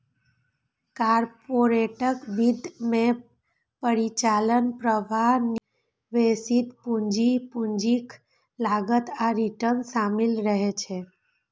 corporate वित्त मे परिचालन प्रवाह, निवेशित पूंजी, पूंजीक लागत आ रिटर्न शामिल रहै छै